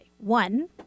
One